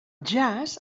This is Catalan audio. jaç